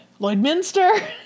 Lloydminster